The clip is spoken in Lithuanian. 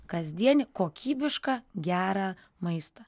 kasdienį kokybišką gerą maistą